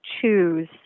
choose